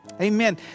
Amen